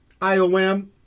IOM